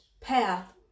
path